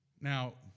Now